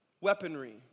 weaponry